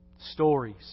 Stories